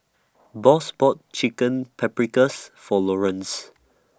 Boss bought Chicken Paprikas For Lorenz